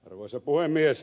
arvoisa puhemies